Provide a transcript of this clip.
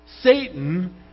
Satan